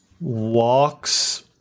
walks